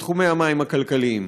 בתחומי המים הכלכליים,